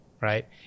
right